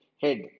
head